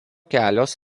kelios